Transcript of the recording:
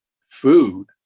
food